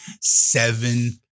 seven